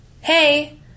Hey